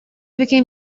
became